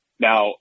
now